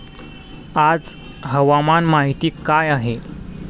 आज हवामान माहिती काय आहे?